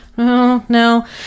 No